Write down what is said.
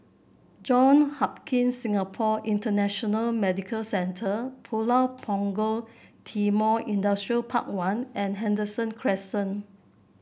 Johns Hopkins Singapore International Medical Centre Pulau Punggol Timor Industrial Park One and Henderson Crescent